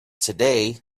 today